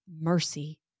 mercy